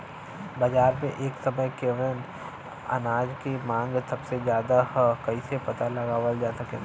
बाजार में एक समय कवने अनाज क मांग सबसे ज्यादा ह कइसे पता लगावल जा सकेला?